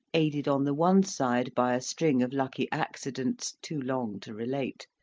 aided on the one side by a string of lucky accidents too long to relate,